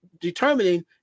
determining